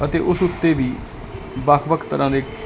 ਉਸ ਉੱਤੇ ਦੀ ਵੱਖ ਵੱਖ ਤਰ੍ਹਾਂ ਦੇ